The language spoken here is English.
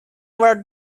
were